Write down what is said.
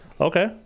Okay